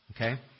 Okay